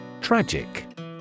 Tragic